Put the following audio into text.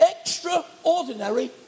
extraordinary